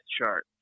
chart